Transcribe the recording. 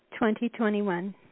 2021